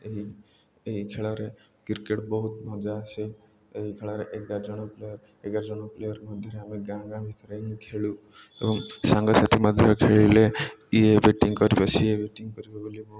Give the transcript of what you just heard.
ଏହି ଏହି ଖେଳରେ କ୍ରିକେଟ୍ ବହୁତ ମଜା ଆସେ ଏହି ଖେଳରେ ଏଗାର ଜଣ ପ୍ଲେୟାର୍ ଏଗାର ଜଣ ପ୍ଲେୟାର୍ ମଧ୍ୟରେ ଆମେ ଗାଁ ଗାଁ ଭିତରେ ହିଁ ଖେଳୁ ଏବଂ ସାଙ୍ଗସାଥି ମଧ୍ୟ ଖେଳିଲେ ଇଏ ବ୍ୟାଟିଂ କରିବ ସିଏ ବ୍ୟାଟିଂ କରିବ ବୋଲି